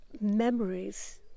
memories